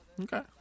okay